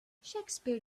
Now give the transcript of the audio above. shakespeare